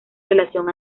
relación